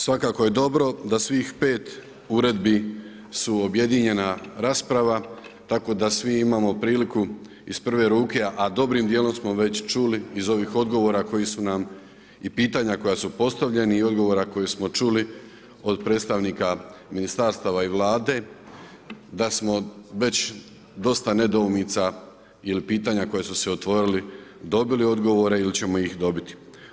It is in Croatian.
Svakako je dobro da svih pet uredbi su objedinjena rasprava, tako da svi imamo priliku iz prve ruke, a dobrim dijelom smo već čuli iz ovih odgovora koji su nam i pitanja koja su postavljeni i odgovora koji smo čuli od predstavnika ministarstava i Vlade, da smo već dosta nedoumica ili pitanja koja su se otvoriti dobili odgovore ili ćemo ih dobiti.